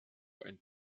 ein